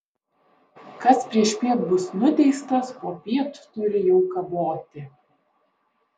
kas priešpiet bus nuteistas popiet turi jau kaboti